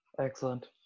Excellent